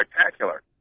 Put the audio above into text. spectacular